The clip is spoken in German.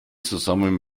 zusammen